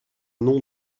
nom